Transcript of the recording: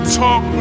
talk